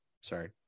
Sorry